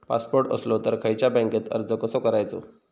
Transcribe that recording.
Passport असलो तर खयच्या बँकेत अर्ज कसो करायचो?